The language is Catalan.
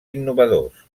innovadors